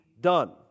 done